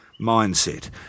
mindset